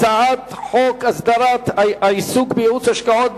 הצעת חוק הסדרת העיסוק בייעוץ השקעות,